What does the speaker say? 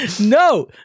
no